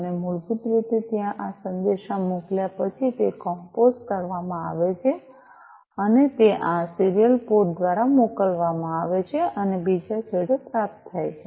અને મૂળભૂત રીતે ત્યાં આ સંદેશ મોકલ્યા પછી તે કમ્પોઝ કરવામાં આવે છે અને તે આ સીરીયલ પોર્ટ દ્વારા મોકલવામાં આવે છે અને બીજા છેડે પ્રાપ્ત થાય છે